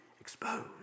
exposed